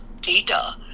data